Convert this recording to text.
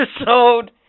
episode